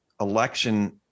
election